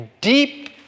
deep